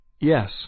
Yes